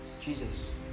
Jesus